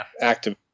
active